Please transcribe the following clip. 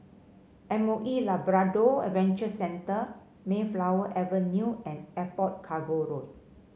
M O E Labrador Adventure Centre Mayflower Avenue and Airport Cargo Road